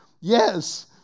Yes